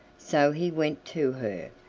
so he went to her.